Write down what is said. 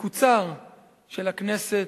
המקוצר של הכנסת.